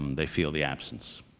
they feel the absence